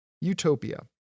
Utopia